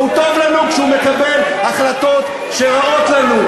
והוא טוב לנו כשהוא מקבל החלטות שרעות לנו.